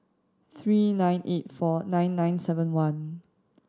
three nine eight four nine nine seven one